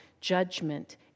judgment